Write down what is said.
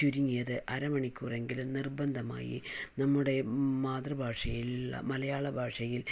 ചുരുങ്ങിയത് അരമണിക്കൂറെങ്കിലും നിർബന്ധമായി നമ്മുടെ മാതൃഭാഷയിൽ മലയാളഭാഷയിൽ